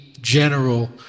general